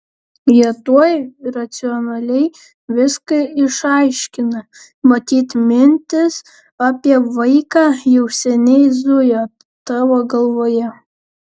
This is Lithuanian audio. jie tuoj racionaliai viską išaiškina matyt mintis apie vaiką jau seniai zujo tavo galvoje